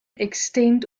extent